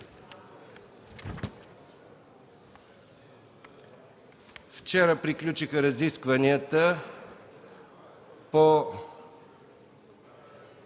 Вчера приключиха разискванията по